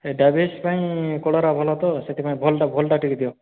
ସେ ଡାଇବେଟିସ୍ ପାଇଁ କଲରା ଭଲ ତ ସେଥିପାଇଁ ଭଲ୍ଟା ଭଲ୍ଟା ଟିକେ ଦିଅ